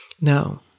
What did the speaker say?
Now